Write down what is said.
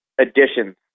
additions